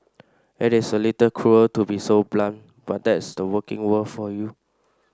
it is a little cruel to be so blunt but that's the working world for you